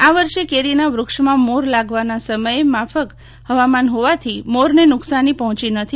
આ વર્ષે કેરીના વૃક્ષમાં મોરલાગવાના સમયે માફક હવામાન હોવાથી મોરને નુકશાની પહોંચી નથી